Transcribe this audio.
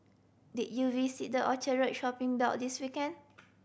did you visit the Orchard Road shopping this weekend